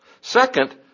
Second